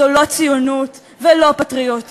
זו לא ציונות ולא פטריוטיות,